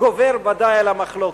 גובר בוודאי על המחלוקת.